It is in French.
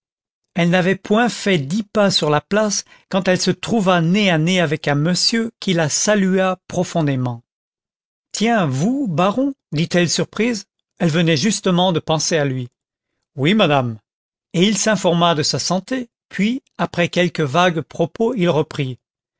elle n'avait point fait dix pas sur la place quand elle se trouva nez à nez avec un monsieur qui la salua profondément tiens vous baron dit-elle surprise elle venait justement de penser à lui oui madame et il s'informa de sa santé puis après quelques vagues propos il reprit